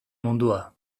mundua